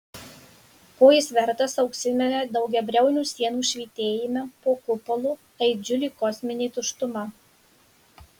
ko jis vertas auksiniame daugiabriaunių sienų švytėjime po kupolu aidžiu lyg kosminė tuštuma